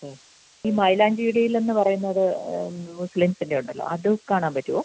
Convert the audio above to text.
ഈ മൈലഞ്ചി ഇടൽ എന്ന് പറയുന്നത് മുസ്ലിംസിൻ്റെ ഉണ്ടല്ലോ അത് കാണാൻ പറ്റുമോ